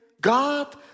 God